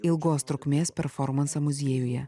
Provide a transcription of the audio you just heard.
ilgos trukmės performansą muziejuje